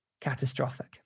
catastrophic